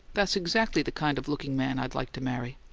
that's exactly the kind of looking man i'd like to marry!